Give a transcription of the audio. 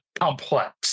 complex